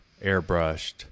airbrushed